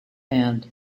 hand